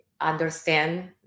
understand